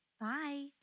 Bye